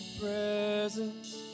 presence